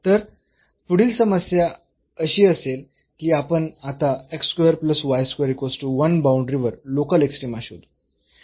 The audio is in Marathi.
तर पुढील समस्या अशी असेल की आपण आता बाऊंडरी वर लोकल एक्स्ट्रीमा शोधू